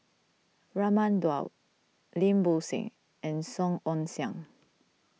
Raman Daud Lim Bo Seng and Song Ong Siang